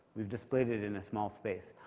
we've displayed it in a small space.